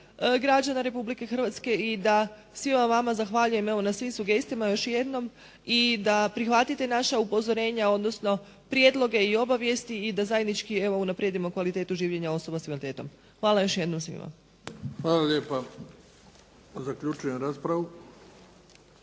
građana Republike Hrvatske i da svima vama zahvaljujemo evo na svim sugestijama još jednom. I da prihvatite naša upozorenja odnosno prijedloge i obavijesti i da zajednički evo unaprijedimo kvalitetu življenja osoba s invaliditetom. Hvala još jednom svima. **Bebić, Luka (HDZ)** Hvala